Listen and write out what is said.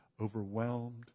overwhelmed